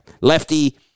lefty